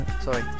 Sorry